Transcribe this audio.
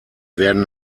werden